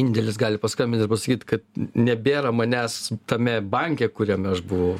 indėlis gali paskambint ir pasakyt kad nebėra manęs tame banke kuriame aš buvau